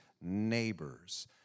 neighbors